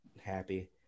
happy